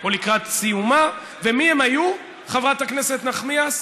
או לקראת סיומה, ומי הם היו, חברת הכנסת נחמיאס?